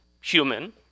human